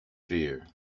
fear